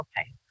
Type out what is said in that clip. okay